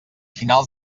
finals